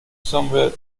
somewhere